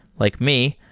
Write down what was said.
like me,